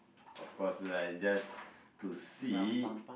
of course lah just to see